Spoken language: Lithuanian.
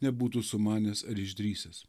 nebūtų sumanęs ar išdrįsęs